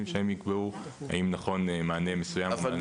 שיקבעו אם נכון מענה מסוים או מענה אחר.